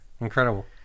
incredible